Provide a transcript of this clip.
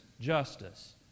justice